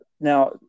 Now